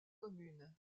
communes